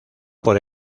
por